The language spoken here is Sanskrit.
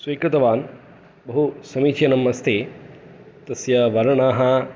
स्वीकृतवान् बहुसमीचीनम् अस्ति तस्य वर्णः